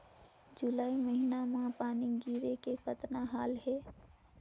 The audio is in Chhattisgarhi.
जुलाई महीना म पानी गिरे के कतना हाल हे?